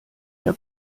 der